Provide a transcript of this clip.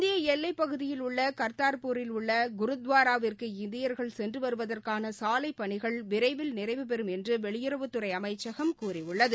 இந்தியஎல்லைப்பகுதியில் உள்ளகர்த்தார்பூரில் உள்ளகுருத்வாரா விற்கு இந்தியர்கள் சென்றுவருவதற்கானசாவைப் பணிகள் விரைவில் நிறைவுபெறும் என்றுவெளியுறவுத்துறைஅமைச்சகம் கூறியுள்ளது